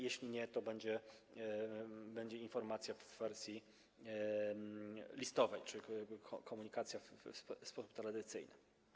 Jeśli nie, to będzie informacja w wersji listowej, czyli komunikacja w sposób tradycyjny.